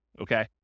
okay